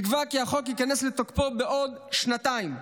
נקבע כי החוק ייכנס לתוקפו בעוד שנתיים,